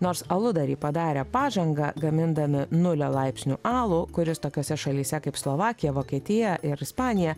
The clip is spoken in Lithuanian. nors aludariai padarė pažangą gamindami nulio laipsnių alų kuris tokiose šalyse kaip slovakija vokietija ir ispanija